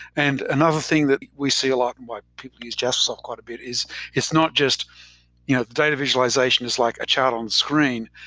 and another thing that we see a lot, and what people use jaspersoft quite a bit is it's not just you know the data visualization is like a chart on the screen,